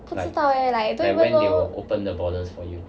不知道 leh like don't even know